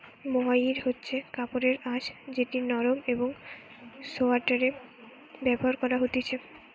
mohair হচ্ছে কাপড়ের আঁশ যেটি নরম একং সোয়াটারে ব্যবহার করা হতিছে